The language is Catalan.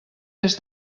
des